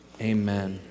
Amen